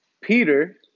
peter